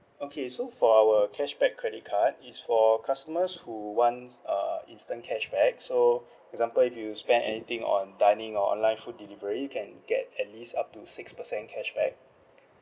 okay so for our cashback credit card it's for customers who wants uh instant cashback so example if you spend anything on dining or online food delivery you can get at least up to six percent cashback